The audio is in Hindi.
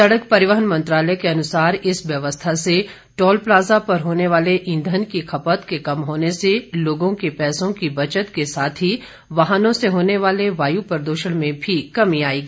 सड़क परिवहन मंत्रालय के अनुसार इस व्यवस्था से टोल प्लाजा पर होने वाले ईंधन की खपत के कम होने से लोगों के पैसों की बचत के साथ ही वाहनों से होने वाले वायु प्रद्षण में भी कमी आएगी